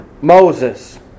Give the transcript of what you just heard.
Moses